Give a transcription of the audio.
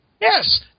Yes